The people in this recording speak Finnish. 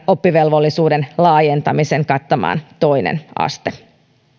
oppivelvollisuuden laajentamisen kattamaan toinen aste